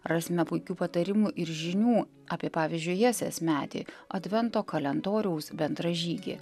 rasime puikių patarimų ir žinių apie pavyzdžiui jesės medį advento kalendoriaus bendražygį